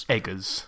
Eggers